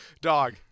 Dog